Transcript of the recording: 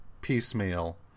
piecemeal